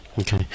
Okay